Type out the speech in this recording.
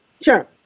Sure